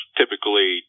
typically